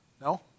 No